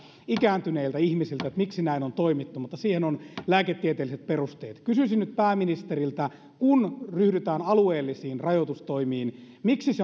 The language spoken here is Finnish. ikääntyneiltä ihmisiltä että miksi näin on toimittu mutta siihen on lääketieteelliset perusteet kysyisin nyt pääministeriltä kun ryhdytään alueellisiin rajoitustoimiin miksi ne